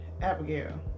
Abigail